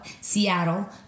Seattle